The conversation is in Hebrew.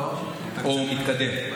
או מתקדם.